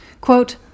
quote